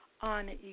on